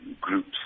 groups